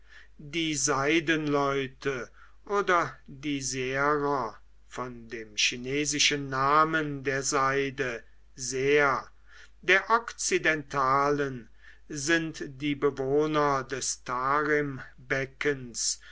die seidenleute oder die serer von dem chinesischen namen der seide ser der okzidentalen sind die bewohner des